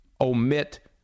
omit